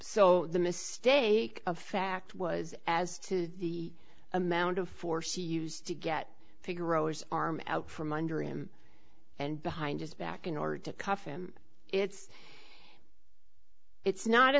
so the mistake of fact was as to the amount of force used to get figaro his arm out from under him and behind his back in order to cuff him it's it's not a